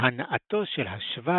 שהנעתו של השווא